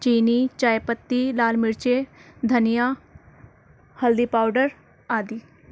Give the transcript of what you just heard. چینی چائے پتی لال مرچے دھنیا ہلدی پاوڈر آدی